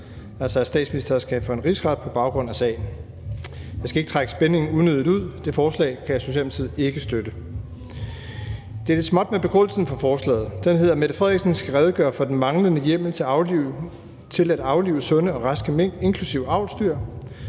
at statsministeren skal for en rigsret på baggrund af sagen. Jeg skal ikke trække spændingen unødigt ud: Det forslag kan Socialdemokratiet ikke støtte. Det er lidt småt med begrundelsen for forslaget. Den lyder: »Mette Frederiksen skal redegøre for den manglende hjemmel til at aflive sunde og raske mink, inklusive avlsdyr.«